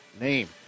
name